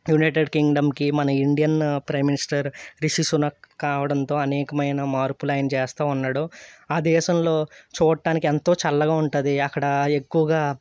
United కింగ్డమ్కి మన Indian prime minister Rishi Sunak కావడంతో అనేకమైన మార్పులు ఆయన చేస్తూ ఉన్నాడు ఆ దేశంలో చూడటానికి ఎంతో చల్లగా ఉంటుంది అక్కడ ఎక్కువగా